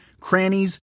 crannies